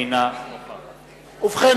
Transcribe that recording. אינה נוכחת ובכן,